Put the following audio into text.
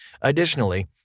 Additionally